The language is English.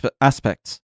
aspects